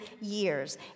years